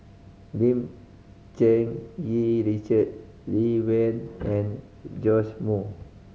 Lim Cherng Yih Richard Lee Wen and Joash Moo